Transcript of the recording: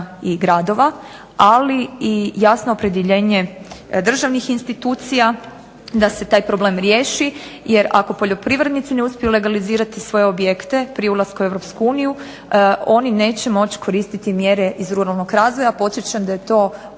i gradova, ali i jasno opredjeljenje državnih institucija da se taj problem riješi. Jer ako poljoprivrednici ne uspiju legalizirati svoje objekte prije ulaska u EU oni neće moći koristiti mjere iz ruralnog razvoja. Podsjećam da je to